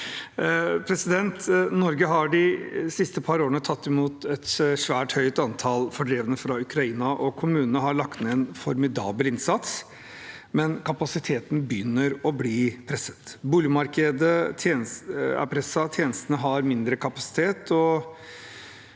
på den. Norge har de siste par årene tatt imot et svært høyt antall fordrevne fra Ukraina, og kommunene har lagt ned en formidabel innsats, men kapasiteten begynner å bli presset. Boligmarkedet er presset, tjenestene har mindre kapasitet,